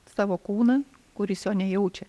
savo kūną kur jis jo nejaučia